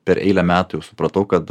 per eilę metų jau supratau kad